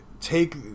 take